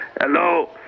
Hello